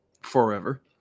forever